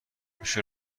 میشه